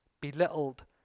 belittled